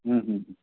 ಹ್ಞೂ ಹ್ಞೂ ಹ್ಞೂ